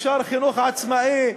אפשר חינוך עצמאי.